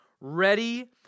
Ready